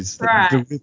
Right